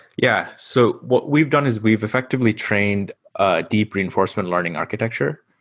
yeah. so what we've done is we've effectively trained a deep reinforcement learning architecture,